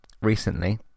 recently